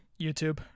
YouTube